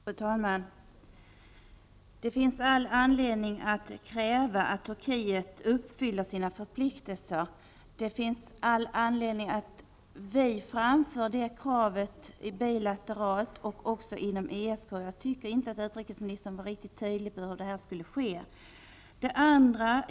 Fru talman! Det finns all anledning att kräva att Turkiet uppfyller sina förpliktelser. Det finns all anledning att vi framför det kravet bilateralt och inom ESK. Jag tycker inte att utrikesministern riktigt tydligt talar om hur detta skall ske.